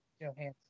Johansson